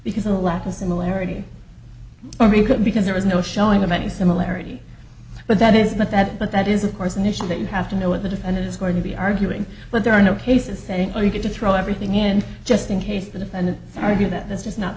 because of a lack of similarity or be good because there is no showing of any similarity but that is not that but that is of course an issue that you have to know what the defendant is going to be arguing but there are no cases saying are you going to throw everything in just in case the defendant argue that that's just not